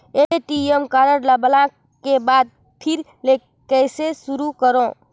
ATM card ल block के बाद फिर ले कइसे शुरू करव?